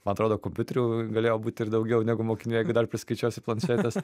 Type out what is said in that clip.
man atrodo kompiuterių galėjo būti ir daugiau negu mokiniai jeigu dar priskaičiuosi planšetes